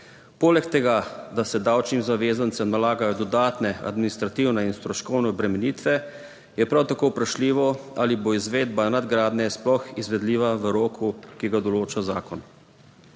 Poleg tega, da se davčnim zavezancem nalagajo dodatne administrativne in stroškovne obremenitve je prav tako vprašljivo ali bo izvedba nadgradnje sploh izvedljiva v roku, ki ga določa zakon.